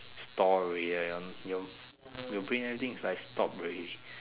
stop already your brain everything is like stop already